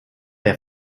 der